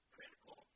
Critical